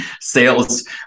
sales